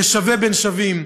כשווה בין שווים,